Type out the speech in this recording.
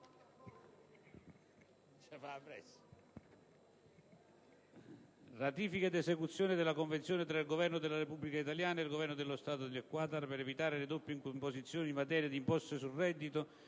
***Ratifica ed esecuzione della Convenzione tra il Governo della Repubblica Italiana ed il Governo dello Stato del Qatar per evitare le doppie imposizioni in materia di imposte sul reddito